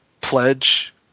pledge